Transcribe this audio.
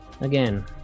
Again